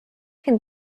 can